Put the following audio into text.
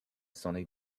sunny